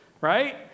right